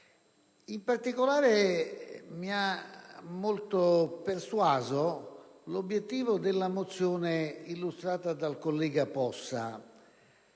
In particolare, mi ha molto persuaso l'obiettivo della mozione illustrata dal collega Possa,